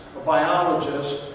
biologist.